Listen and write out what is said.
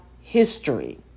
history